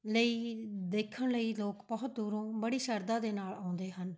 ਲਈ ਦੇਖਣ ਲਈ ਲੋਕ ਬਹੁਤ ਦੂਰੋਂ ਬੜੀ ਸ਼ਰਧਾ ਦੇ ਨਾਲ਼ ਆਉਂਦੇ ਹਨ